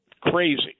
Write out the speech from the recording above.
crazy